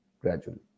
gradually